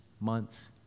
months